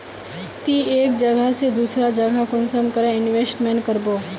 ती एक जगह से दूसरा जगह कुंसम करे इन्वेस्टमेंट करबो?